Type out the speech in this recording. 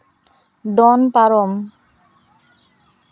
ᱫᱚᱱ ᱯᱟᱨᱚᱢ